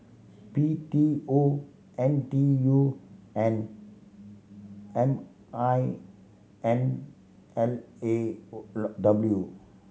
B T O N T U and M I N L A W